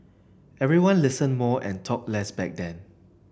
everyone listened more and talked less back then